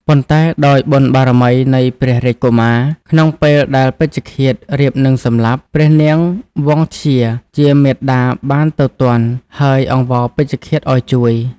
ប៉ុន្តែដោយបុណ្យបារមីនៃព្រះរាជកុមារ ក្នុងពេលដែលពេជ្ឈឃាដរៀបនឹងសម្លាប់ ព្រះនាងវង្សធ្យាជាមាតាបានទៅទាន់ ហើយអង្វរពេជ្ឈឃាតឱ្យជួយ។